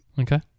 Okay